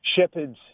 shepherds